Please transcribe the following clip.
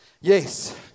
Yes